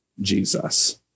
Jesus